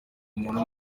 umuntu